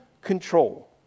control